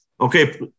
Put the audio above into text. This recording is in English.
okay